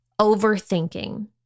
overthinking